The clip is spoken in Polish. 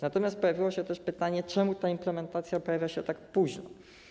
Natomiast pojawiło się też pytanie, czemu ta implementacja odbywa się tak późno.